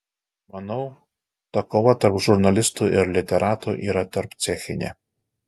manau ta kova tarp žurnalistų ir literatų yra tarpcechinė